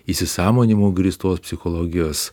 įsisąmoninimu grįstos psichologijos